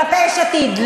כלפי יש עתיד.